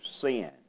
sin